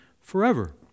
forever